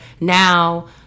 now